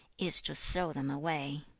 is to throw them away